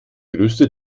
größte